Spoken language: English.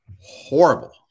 horrible